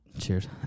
Cheers